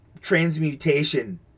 transmutation